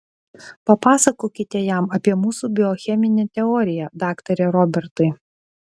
papasakokite jam apie mūsų biocheminę teoriją daktare robertai